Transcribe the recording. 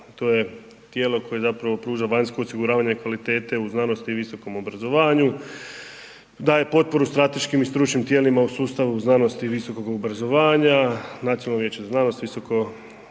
to je tijelo koje pruža vanjsku osiguravanje kvalitete u znanosti i visokom obrazovanju, daje potporu strateškim i stručnim tijelima u sustavu znanosti i visokog obrazovanja, Nacionalno vijeće za znanost, visoko